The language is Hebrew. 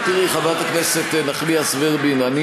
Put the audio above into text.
אם מייבשים אותו וממיתים אותו,